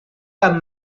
camp